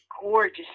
gorgeous